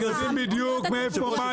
אתם יודעים בדיוק מאיפה,